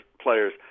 players